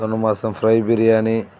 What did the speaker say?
దున్నమాసం fry biryani